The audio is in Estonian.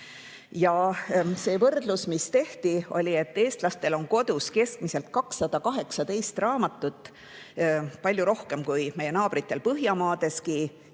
Ja see võrdlus, mis tehti, ütles, et eestlastel on kodus keskmiselt 218 raamatut – palju rohkem kui meie naabritel Põhjamaades –,